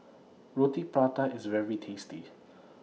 Roti Prata IS very tasty